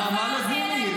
נעמה לזימי,